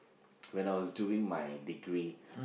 when I was doing my degree